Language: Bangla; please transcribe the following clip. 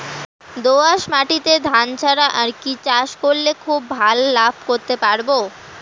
দোয়াস মাটিতে ধান ছাড়া আর কি চাষ করলে খুব ভাল লাভ করতে পারব?